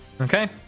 Okay